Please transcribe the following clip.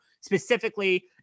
specifically